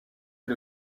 est